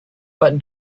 what